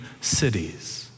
cities